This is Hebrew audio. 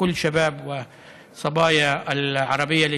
(אומר דברים בשפה הערבית,